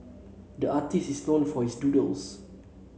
the artist is known for his doodles